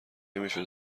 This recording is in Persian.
میشد